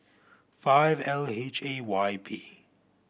five L H A Y P